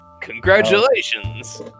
Congratulations